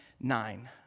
nine